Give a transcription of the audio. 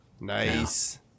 Nice